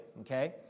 Okay